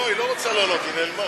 לא, היא לא רוצה לעלות, היא נעלמה.